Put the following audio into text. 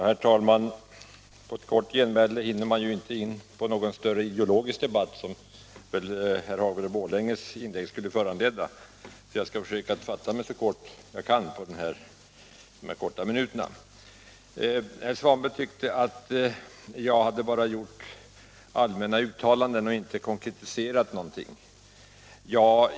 Herr talman! Under ett kort genmäle hinner man inte med någon större ideologisk debatt, som väl herr Hagbergs i Borlänge inlägg skulle föranleda, så jag skall försöka fatta mig så kort jag kan på de här få minuterna. Herr Svanberg tyckte att jag bara hade gjort allmänna uttalanden och inte konkretiserat någonting.